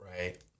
Right